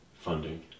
Funding